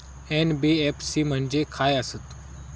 NBFC म्हणजे खाय आसत?